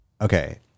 okay